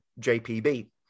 JPB